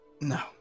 No